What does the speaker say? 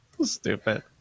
Stupid